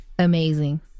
Amazing